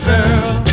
Girl